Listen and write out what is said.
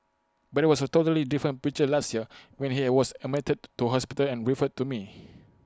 but IT was A totally different picture last year when he was admitted to hospital and referred to me